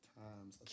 times